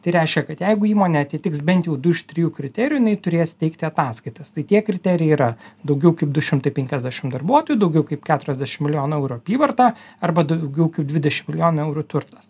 tai reiškia kad jeigu įmonė atitiks bent jau du iš trijų kriterijų jinai turės teikti ataskaitas tai tie kriterijai yra daugiau kaip du šimtai penkiasdešim darbuotojų daugiau kaip keturiasdešim milijonų eurų apyvarta arba daugiau kaip dvidešim milijonų eurų turtas